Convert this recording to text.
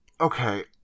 okay